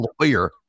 lawyer